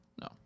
No